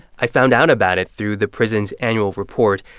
i found out about it through the prison's annual report.